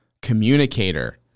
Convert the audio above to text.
communicator